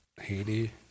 Haiti